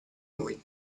noi